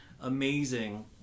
amazing